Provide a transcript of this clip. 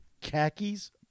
khakis